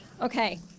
Okay